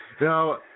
No